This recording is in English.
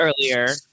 earlier